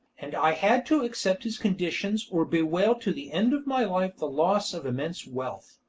and i had to accept his conditions or bewail to the end of my life the loss of immense wealth.